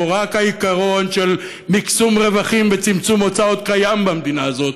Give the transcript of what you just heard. שבו רק העיקרון של מקסום רווחים וצמצום הוצאות קיים במדינה הזאת,